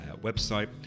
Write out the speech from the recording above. website